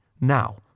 now